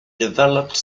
developed